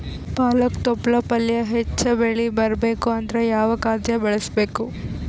ಪಾಲಕ ತೊಪಲ ಪಲ್ಯ ಹೆಚ್ಚ ಬೆಳಿ ಬರಬೇಕು ಅಂದರ ಯಾವ ಖಾದ್ಯ ಬಳಸಬೇಕು?